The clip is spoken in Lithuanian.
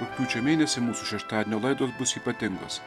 rugpjūčio mėnesį mūsų šeštadienio laidos bus ypatingos